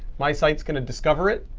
my site's going to discover it,